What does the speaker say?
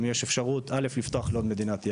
א׳- אם אפשר, אז לפתוח לעוד מדינת יעד.